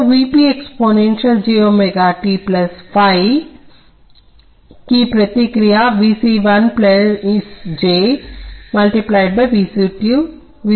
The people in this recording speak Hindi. तो V p एक्सपोनेंशियल jωt ϕ की प्रतिक्रिया V c 1 j × V c 2 होगी